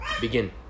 begin